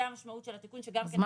זו המשמעות של התיקון ב-2003.